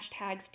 hashtags